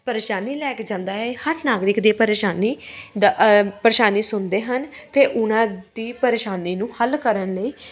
ਪਰੇਸ਼ਾਨੀ ਲੈ ਕੇ ਜਾਂਦਾ ਹੈ ਇਹ ਹਰ ਨਾਗਰਿਕ ਦੀ ਪਰੇਸ਼ਾਨੀ ਦਾ ਪਰੇਸ਼ਾਨੀ ਸੁਣਦੇ ਹਨ ਅਤੇ ਉਨ੍ਹਾਂ ਦੀ ਪਰੇਸ਼ਾਨੀ ਨੂੰ ਹੱਲ ਕਰਨ ਲਈ